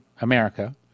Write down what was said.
America